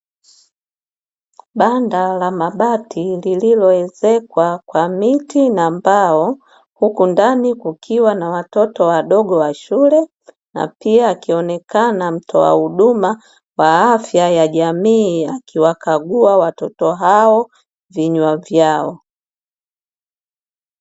Banda la mabati lililoezekwa kwa miti na mbao huku ndani kukiwa na watoto wadogo wa shule, na pia akionekana mtoa huduma wa afya ya jamii akiwakagua watoto hao vinywa vyao.